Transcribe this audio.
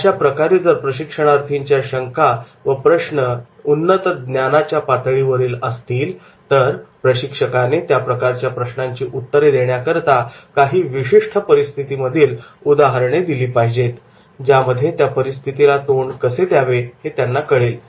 अशा प्रकारे जर प्रशिक्षणार्थींच्या शंका व प्रश्न जर उन्नत ज्ञानाच्या पातळीवरील असतील तर प्रशिक्षकाने त्या प्रकारच्या प्रश्नांची उत्तरे देण्याकरता काही विशिष्ट परिस्थितीमधील उदाहरणे दिली पाहिजेत ज्यामध्ये या परिस्थितीला कसे तोंड द्यावे हे कळेल